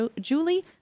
Julie